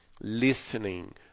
listening